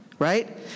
Right